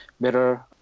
better